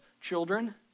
children